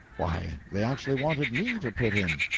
why, they actually wanted me to put in!